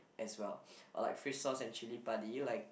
as well or like fish sauce and chilli padi like